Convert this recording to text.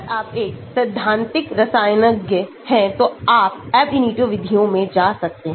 अगर आप एक सैद्धांतिक रसायनज्ञ हैं तो आप Ab initio विधियों में जा सकते हैं